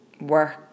work